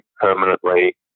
permanently